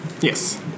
Yes